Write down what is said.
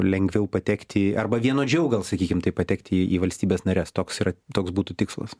lengviau patekti arba vienodžiau gal sakykim taip patekti į valstybes nares toks yra toks būtų tikslas